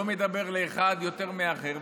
לא מדבר לאחד יותר מהאחר.